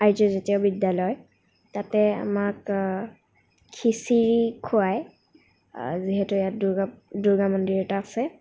আৰ্য জাতীয় বিদ্য়ালয় তাতে আমাক খিচিৰি খুৱাই যিহেতু ইয়াত দুৰ্গা দুৰ্গা মন্দিৰ এটা আছে